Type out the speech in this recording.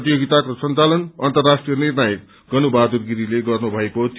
प्रतियोगिताको संघालन अन्तर्राष्ट्रीय निर्णायक गनु बहादुर गिरीले गर्नुभएको थियो